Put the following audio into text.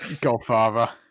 Godfather